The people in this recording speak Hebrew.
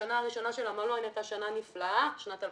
השנה הראשונה של המלון הייתה שנה נפלאה, שנת 2017,